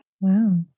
Wow